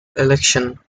election